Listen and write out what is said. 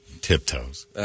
Tiptoes